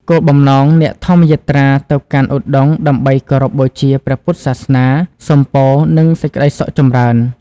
គោលបំណង អ្នកធម្មយាត្រាទៅកាន់ឧដុង្គដើម្បីគោរពបូជាព្រះពុទ្ធសាសនា សុំពរ និងសេចក្តីសុខចម្រើន។